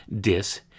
Dis